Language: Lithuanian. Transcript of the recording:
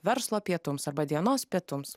verslo pietums arba dienos pietums